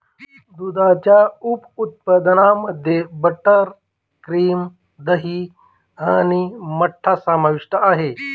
दुधाच्या उप उत्पादनांमध्ये मध्ये बटर, क्रीम, दही आणि मठ्ठा समाविष्ट आहे